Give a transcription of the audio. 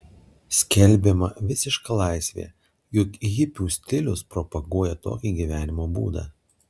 skelbiama visiška laisvė juk hipių stilius propaguoja tokį gyvenimo būdą